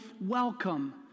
welcome